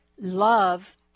Love